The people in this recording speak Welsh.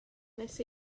wnes